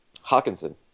Hawkinson